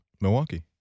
Milwaukee